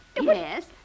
Yes